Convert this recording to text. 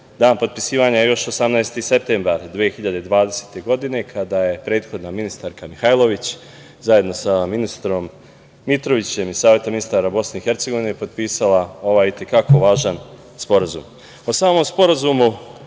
Dan potpisivanja je 18. septembar 2020. godine kada je prethodna ministarka Mihajlović zajedno sa ministrom Mitrovićem iz Saveta ministara Bosne i Hercegovine potpisala ovaj i te kako važan sporazum.O